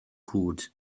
cwd